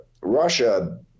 Russia